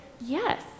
yes